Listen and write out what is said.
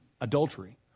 adultery